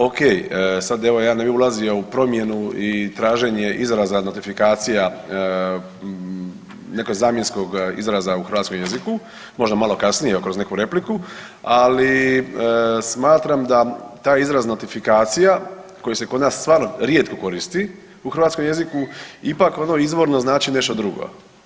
Ok, sad evo ja ne bi ulazio u promjenu i traženje izraza notifikacija, nekog zamjenskog izraza u hrvatskom jeziku, možda malo kasnije kroz neku repliku, ali smatram da taj izraz notifikacija koji se kod nas stvarno rijetko koristi u hrvatskom jeziku ipak ono izvorno znači nešto drugo.